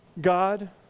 God